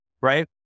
right